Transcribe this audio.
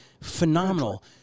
phenomenal